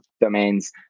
domains